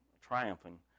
triumphing